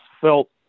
felt